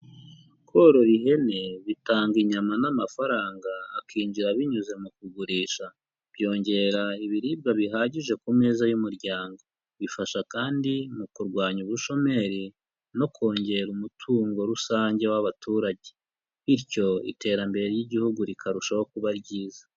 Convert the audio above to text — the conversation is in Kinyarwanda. Korora ihene bitanga inyama n'amafaranga akinjira binyuze mu kugurisha, byongera ibiribwa bihagije ku meza y'umuryango, bifasha kandi mu kurwanya ubushomeri no kongera umutungo rusange w'abaturage, bityo iterambere ry'igihugu rikarushaho kuba ryiza.